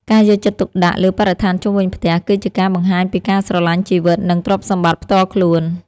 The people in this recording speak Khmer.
ការយកចិត្តទុកដាក់លើបរិស្ថានជុំវិញផ្ទះ គឺជាការបង្ហាញពីការស្រឡាញ់ជីវិត និងទ្រព្យសម្បត្តិផ្ទាល់ខ្លួន។